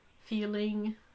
feeling